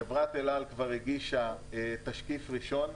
חברת אל על כבר הגישה תשקיף ראשון.